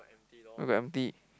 where got empty